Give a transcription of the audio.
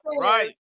Right